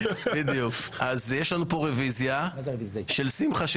אז יש לנו פה רביזיה של שמחה,